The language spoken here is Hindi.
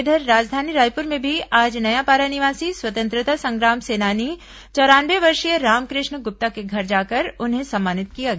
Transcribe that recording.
इधर राजधानी रायपुर में भी आज नयापारा निवासी स्वतंत्रता संग्राम सेनानी चौरानवे वर्षीय रामकृष्ण गुप्ता के घर जाकर उन्हें सम्मानित किया गया